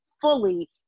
fully